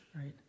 right